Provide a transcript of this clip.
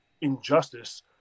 injustice